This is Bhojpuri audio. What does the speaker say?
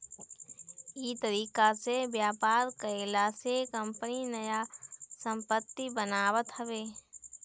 इ तरीका से व्यापार कईला से कंपनी नया संपत्ति बनावत हवे